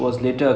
mm